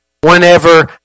whenever